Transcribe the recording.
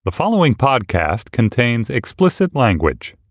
the following podcast contains explicit language